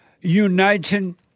Uniting